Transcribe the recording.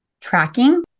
tracking